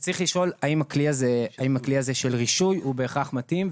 צריך לשאול האם הכלי הזה של רישוי הוא בהכרח מתאים,